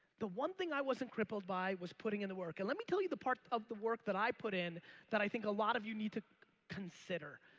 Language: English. the one thing i wasn't crippled by was putting in the work. and let me tell you the part of the work that i put in that i think a lot of you need to consider.